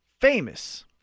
famous